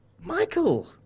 Michael